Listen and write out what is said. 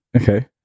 okay